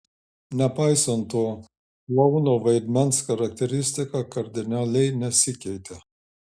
nepaisant to klouno vaidmens charakteristika kardinaliai nesikeitė